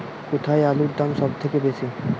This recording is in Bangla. কোথায় আলুর দাম সবথেকে বেশি?